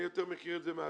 אני מכיר את זה מהאדמה,